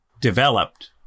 developed